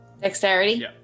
Dexterity